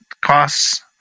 costs